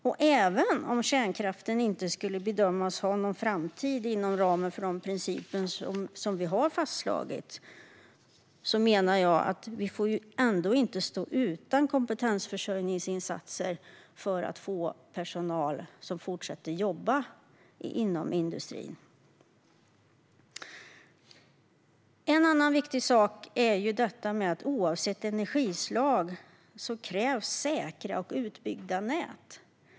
Och även om kärnkraften inte skulle bedömas ha någon framtid inom ramen för de principer som vi har fastslagit menar jag att vi ändå inte får stå utan kompetensförsörjningsinsatser för att få personal som fortsätter att jobba inom industrin. En annan viktig sak är att oavsett energislag krävs det säkra och utbyggda nät.